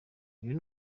uyu